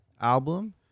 album